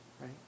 Right